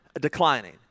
declining